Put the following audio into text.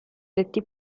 detti